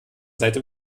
seite